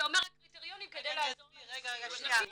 אתה אומר קריטריונים כדי לעזור --- כל